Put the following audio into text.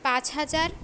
পাঁচ হাজার